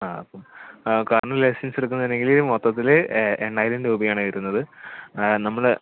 അ കാർന് ലൈസൻസെടുക്കുന്നുണ്ടെങ്കിൽ മൊത്തത്തിൽ എണ്ണായിരം രൂപയാണ് വരുന്നത് നമ്മൾ